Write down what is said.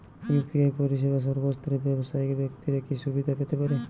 UPI পরিসেবা সর্বস্তরের ব্যাবসায়িক ব্যাক্তিরা কি সুবিধা পেতে পারে?